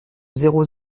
zéro